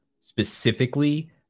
specifically